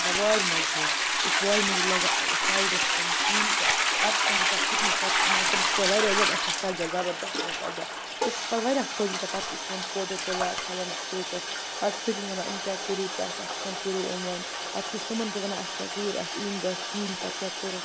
مطلب وارِ منٛز نٕے أسۍ چھِ وارِ منٛزٕے لاگان ٲں سایڈَس تِم کُلۍ تہٕ پَتہٕ چھِ تِم آسان کھٔتۍ مِتۍ پَتہٕ چھِ مطلب تِم چھِ آسان واریاہ زیادٕ آسان سَجان زَبردَست آسان سَجان أسۍ چھِ پَتہٕ واریاہ خۄش گژھان پَتہٕ چھِ أسۍ تِمَن فوٹو تُلان کھالان سِٹیٹَس پَتہ چھِ سٲری وَنان یِم کیٛاہ کوٚروٕ تۄہہِ تۄہہِ کتھ کٔنۍ کوٚروٕ یِمَن پَتہٕ چھِ أسۍ تِمَن تہِ وَنان اسہِ کیٛاہ کوٚر اسہِ أنۍ گۄڈٕنیٚتھ کُلۍ پَتہٕ کیٛاہ کوٚرکھ